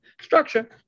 structure